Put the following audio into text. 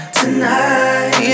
tonight